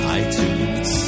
iTunes